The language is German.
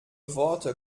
worte